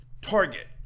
Target